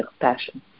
passion